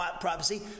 prophecy